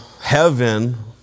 heaven